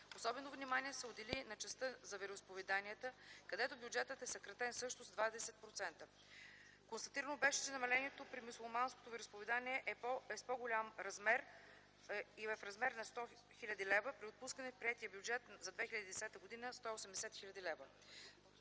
Особено внимание се отдели на частта за вероизповеданията, където бюджетът е съкратен също с 20%. Констатирано беше, че намалението при мюсюлманското вероизповедание е по-голямо и е в размер на 100 000 лв. при отпуснати в приетия бюджет за 2010 г. 180 000 лв.